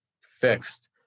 fixed